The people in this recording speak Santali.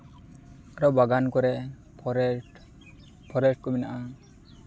ᱟᱨᱚ ᱵᱟᱜᱟᱱ ᱠᱚᱨᱮ ᱯᱷᱚᱨᱮ ᱯᱷᱚᱨᱮᱥᱴ ᱠᱚ ᱢᱮᱱᱟᱜᱼᱟ